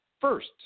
first